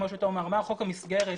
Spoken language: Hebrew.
כמו שתומר אמר, חוק המסגרת